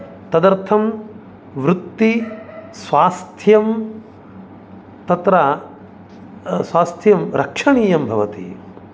तदर्थं वृत्तिस्वास्थ्यं तत्र स्वास्थ्यं रक्षणीयं भवति